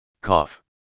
cough